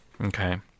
okay